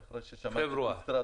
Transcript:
חיכו שש שנים או חמש שנים לתקנות,